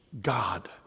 God